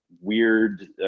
weird